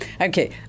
Okay